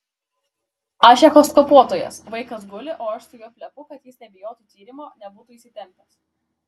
aš echoskopuotojas vaikas guli o aš su juo plepu kad jis nebijotų tyrimo nebūtų įsitempęs